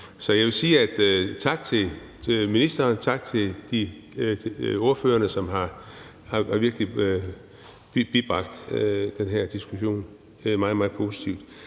Så jeg vil sige tak til ministeren og tak til ordførerne, som virkelig har bibragt noget til den her diskussion. Det er meget, meget positivt.